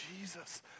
Jesus